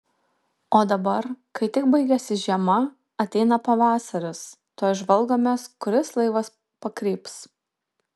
o dabar kai tik baigiasi žiema ateina pavasaris tuoj žvalgomės kuris laivas pakryps